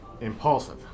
Impulsive